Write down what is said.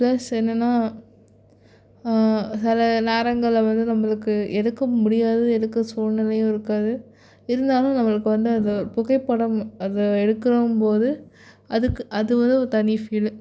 plus என்னென்னால் சில நேரங்களில் வந்து நம்மளுக்கு எடுக்கவும் முடியாது எடுக்கிற சூழ்நிலையும் இருக்காது இருந்தாலும் நம்மளுக்கு வந்து அது புகைப்படம் அது எடுக்கம்போது அதுக்கு அது வந்து ஒரு தனி ஃபீலு